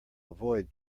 avoid